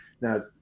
Now